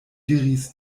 diris